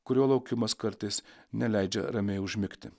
kurio laukimas kartais neleidžia ramiai užmigti